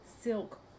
silk